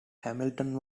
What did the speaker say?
hamilton